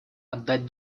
отдать